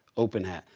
open-hat.